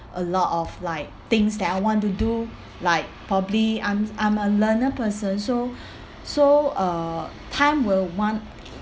a lot of like things that I want to do like probably I'm I'm a learner person so so uh time will one